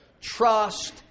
Trust